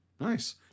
nice